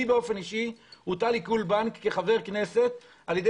לי אישית הוטל עיקול בנק כחבר כנסת על ידי